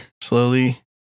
slowly